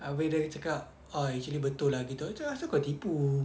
abeh dia cakap ah actually betul lah gitu then asal kau tipu